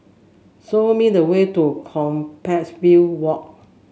show me the way to Compassvale Walk